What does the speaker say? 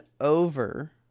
over